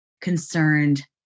concerned